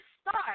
start